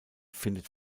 findet